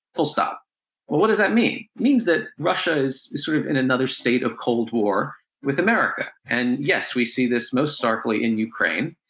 full stop. but what does that mean? it means that russia is sort of in another state of cold war with america. and yes, we see this most starkly in ukraine.